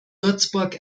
würzburg